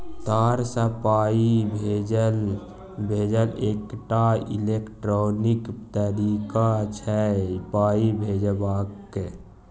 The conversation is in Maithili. तार सँ पाइ भेजब एकटा इलेक्ट्रॉनिक तरीका छै पाइ भेजबाक